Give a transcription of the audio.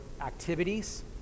activities